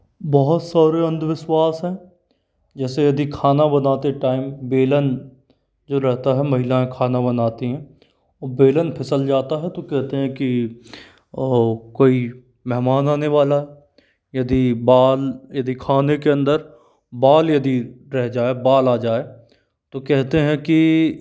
बहुत सारे अंधविश्वास है जैसे यदि खाना बनाते टाइम बेलन जो रहता है महिलाएं खाना बनाती हैं वो बेलन फिसल जाता है तो कहते हैं कि कोई मेहमान आने वाला है यदि बाल यदि खाने के अंदर बाल यदि रह जाए बाल आ जाए तो कहते हैं कि